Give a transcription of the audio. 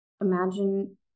imagine